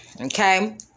Okay